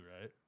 right